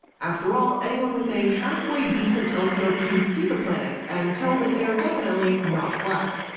after all, anyone with a halfway decent telescope can see the planets and tell that they are definitely not flat.